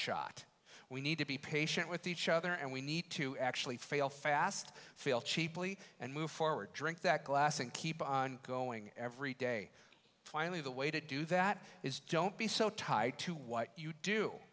shot we need to be patient with each other and we need to actually fail fast fail cheaply and move forward drink that glass and keep on going every day finally the way to do that is don't be so tied to what you do